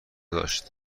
داشت